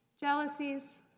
jealousies